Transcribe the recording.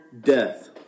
death